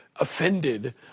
offended